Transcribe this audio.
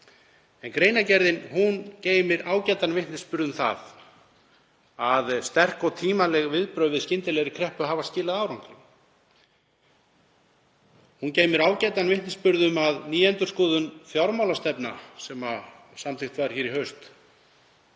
Greinargerðin geymir ágætan vitnisburð um það að sterk og tímanleg viðbrögð við skyndilegri kreppu hafa skilað árangri. Hún geymir ágætan vitnisburð um að endurskoðun fjármálastefnu sem samþykkt var hér í haust